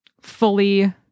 fully